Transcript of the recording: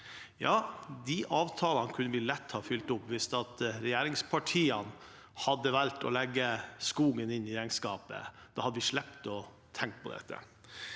De avtalene kunne vi lett ha oppfylt hvis regjeringspartiene hadde valgt å legge skogen inn i regnskapet. Da hadde vi sluppet å tenke på dette.